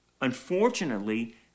unfortunately